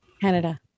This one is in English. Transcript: Canada